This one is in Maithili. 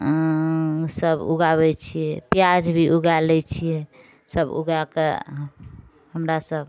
सब उगाबै छिए पिआज भी उगा लै छिए सब उगाकऽ हमरासब